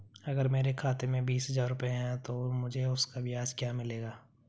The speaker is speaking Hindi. अगर मेरे खाते में बीस हज़ार रुपये हैं तो मुझे उसका ब्याज क्या मिलेगा?